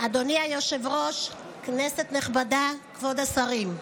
אדוני היושב-ראש, כנסת נכבדה, כבוד השרים,